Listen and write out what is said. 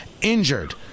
injured